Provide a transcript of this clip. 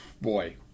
boy